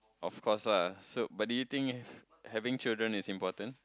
of course lah so but do you think if having children is important